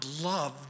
love